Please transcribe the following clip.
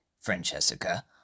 Francesca